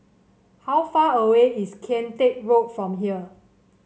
how far away is Kian Teck Road from here